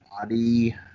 body